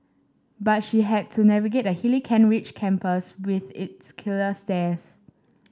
but she had to navigate the hilly Kent Ridge campus with its killer stairs